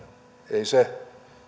se